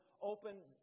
open